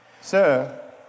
Sir